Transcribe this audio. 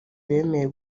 bemeye